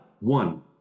one